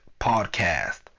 Podcast